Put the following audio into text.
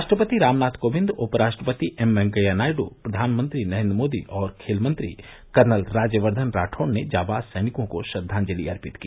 राष्ट्रपति रामनाथ कोविंद उपराष्ट्रपति एम वैंकेयानायड प्रधानमंत्री नरेन्द्र मोदी और खेल मंत्री कर्नल राज्यवर्धन राठौड़ ने जांबाज सैनिकों को श्रद्वांजलि अर्पित की